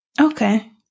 Okay